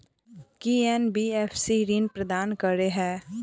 की NBFC ऋण प्रदान करे है?